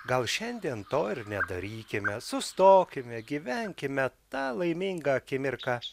gal šiandien to ir nedarykime sustokime gyvenkime ta laiminga akimirka